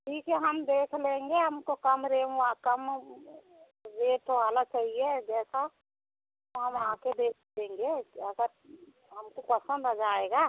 ठीक है हम देख लेंगे हमको कम रेम वा कम रेट वाला चाहिए जैसा तो हम आकर देख लेंगे अगर हमको पसंद आ जाएगा